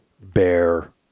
bear